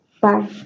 Bye